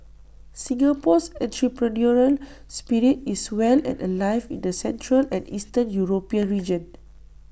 Singapore's entrepreneurial spirit is well and alive in the central and eastern european region